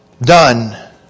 done